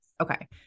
okay